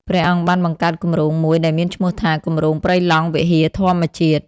ព្រះអង្គបានបង្កើតគម្រោងមួយដែលមានឈ្មោះថា "គម្រោងព្រៃឡង់វិហារធម្មជាតិ"។